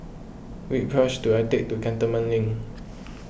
which bus should I take to Cantonment Link